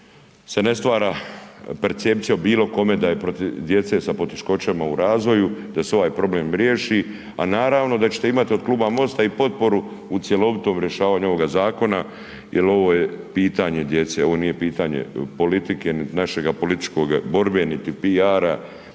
se ne stvara percepcija o bilo kome da je protiv djece sa poteškoćama u razvoju, da se ovaj problem riješi. A naravno da ćete imati o kluba MOST-a i potporu u cjelovitom rješavanju ovoga zakona jer ovo je pitanje djece, ono nije pitanje politike niti naše političke borbe, niti PR-a